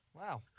Wow